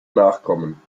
nachkommen